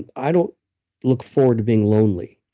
and i don't look forward to being lonely,